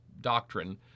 doctrine